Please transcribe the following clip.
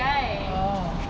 oo